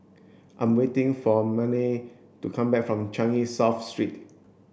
I'm waiting for Mannie to come back from Changi South Street